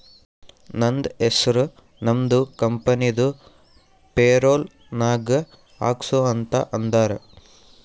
ನಂದ ಹೆಸುರ್ ನಮ್ದು ಕಂಪನಿದು ಪೇರೋಲ್ ನಾಗ್ ಹಾಕ್ಸು ಅಂತ್ ಅಂದಾರ